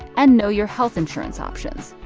and know your health insurance options.